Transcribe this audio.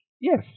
Yes